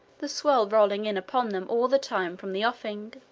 the swell rolling in upon them all the time from the offing.